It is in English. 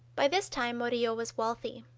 by this time murillo was wealthy.